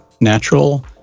natural